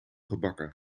gebakken